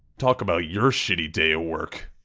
talk about your shitty day of work.